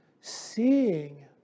seeing